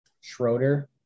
Schroeder